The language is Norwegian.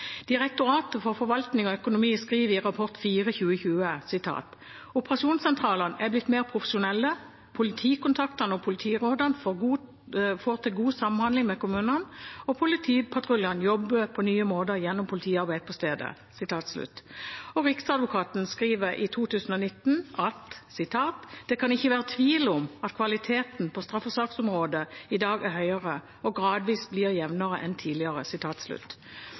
Direktoratet for forvaltning og økonomistyring skriver i rapport 2020:4: «Operasjonssentralene er blitt mer profesjonelle, politikontaktene og politirådene får til god samhandling med kommunene og politipatruljen jobber på nye måter gjennom politiarbeid på stedet.» Riksadvokaten skrev i 2019: «Det kan ikke være tvilsomt at kvaliteten på straffesaksområdet i dag er høyere, og gradvis blir jevnere, enn tidligere.»